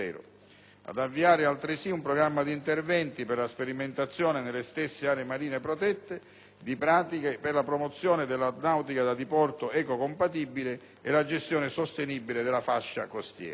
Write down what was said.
ad avviare un programma di interventi per la sperimentazione nelle aree marine protette di pratiche per la promozione della nautica da diporto ecocompatibile e la gestione sostenibile della fascia costiera.